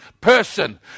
person